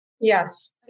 Yes